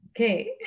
okay